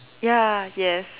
ya yes